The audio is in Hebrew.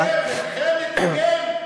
זה מלחמת מגן?